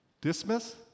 Dismiss